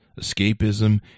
escapism